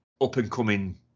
up-and-coming